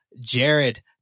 Jared